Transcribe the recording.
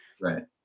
Right